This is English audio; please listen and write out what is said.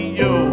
yo